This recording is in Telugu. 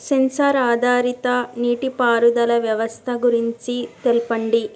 సెన్సార్ ఆధారిత నీటిపారుదల వ్యవస్థ గురించి తెల్పండి?